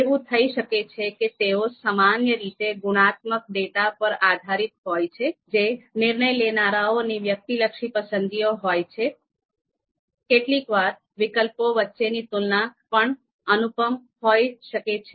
એવું થઈ શકે છે કે તેઓ સામાન્ય રીતે ગુણાત્મક ડેટા પર આધારિત હોય છે જે નિર્ણય લેનારાઓની વ્યક્તિલક્ષી પસંદગીઓ હોય છે કેટલીકવાર વિકલ્પો વચ્ચેની તુલના પણ અનુપમ હોઈ શકે છે